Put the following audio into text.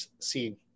seen